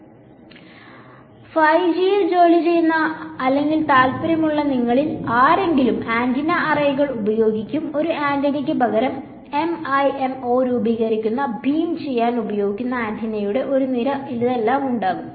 5G യിൽ ജോലി ചെയ്യുന്ന അല്ലെങ്കിൽ താൽപ്പര്യമുള്ള നിങ്ങളിൽ ആരെങ്കിലും ആന്റിന അറേകൾ ഉപയോഗിക്കും ഒരു ആന്റിനയ്ക്ക് പകരം MIMO രൂപീകരിക്കുന്ന ബീം ചെയ്യാൻ ഉപയോഗിക്കുന്ന ആന്റിനകളുടെ ഒരു നിരയും ഇതെല്ലാം ഉണ്ടാകും